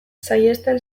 saihesten